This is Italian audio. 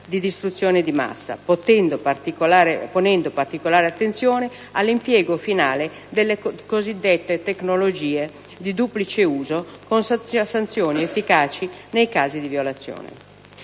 di distruzione di massa, ponendo particolare attenzione all'impiego finale delle cosiddette tecnologie di duplice uso con sanzioni efficaci nei casi di violazione.